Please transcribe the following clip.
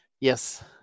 Yes